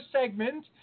segment